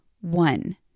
one